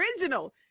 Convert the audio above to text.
original